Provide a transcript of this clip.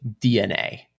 DNA